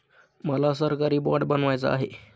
मला सरकारी बाँड बनवायचा आहे